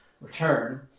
return